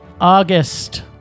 August